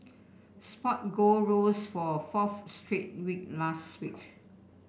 spot gold rose for a fourth straight week last week